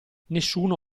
nessuno